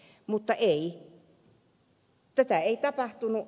mutta ei tätä ei tapahtunut